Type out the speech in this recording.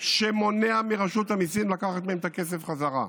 שמונע מרשות המיסים לקחת מהם את הכסף חזרה.